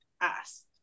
asked